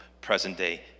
present-day